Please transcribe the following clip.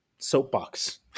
soapbox